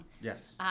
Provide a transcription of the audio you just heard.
Yes